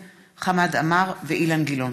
תודה.